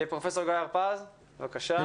פרופסור גיא הרפז, בבקשה.